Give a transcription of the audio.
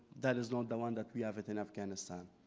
that is not the one that we have it in afghanistan.